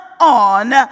on